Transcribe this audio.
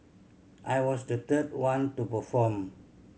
I was the third one to perform